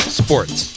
sports